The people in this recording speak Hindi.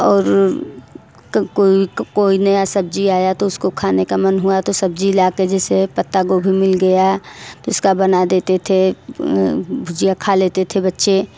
और कोई कोई नया सब्ज़ी आया तो उसको खाने का मन हुआ तो सब्ज़ी ला कर जैसे पत्ता गोभी मिल गया उसका बना देते थे भुजिया खा लेते थे बच्चे